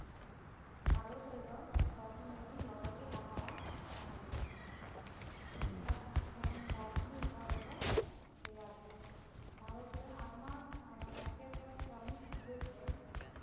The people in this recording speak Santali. ᱵᱷᱟᱨᱚᱛ ᱨᱮᱫᱚ ᱥᱚᱵ ᱥᱚᱢᱚᱭᱜᱮ ᱞᱚᱞᱚᱜᱮ ᱟᱵᱚᱦᱟᱣᱟ ᱛᱟᱸᱦᱮᱱᱟ ᱛᱳ ᱮᱴᱟᱜ ᱡᱮᱢᱚᱱ ᱫᱟᱨᱡᱤᱞᱤᱝ ᱨᱮᱫᱚ ᱚᱱᱰᱮ ᱫᱚ ᱨᱮᱭᱟᱲ ᱜᱮ ᱵᱷᱟᱨᱚᱛᱨᱮ ᱟᱭᱢᱟ ᱮᱸᱴᱠᱮᱴᱚᱬᱮ ᱠᱟᱹᱢᱤ ᱠᱷᱟᱹᱛᱤᱨᱛᱮ